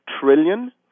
trillion